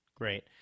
Great